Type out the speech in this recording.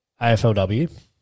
AFLW